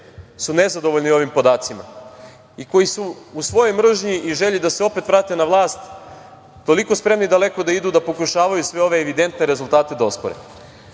su nezadovoljni ovim podacima i koji su u svojoj mržnji i želji da se opet vrate na vlast, toliko spremni daleko da idu da pokušavaju sve ove evidentne rezultate da ospore. Ovo